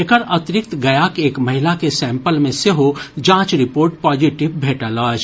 एकर अतिरिक्त गया के एक महिला के सैंपल मे सेहो जांच रिपोर्ट पॉजिटिव भेटल अछि